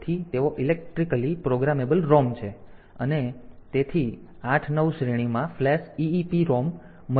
તેથી તેઓ electrically programmable ROM છે અને તેથી 8 9 શ્રેણીમાં ફ્લેશ EEPROM મળ્યું